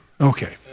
Okay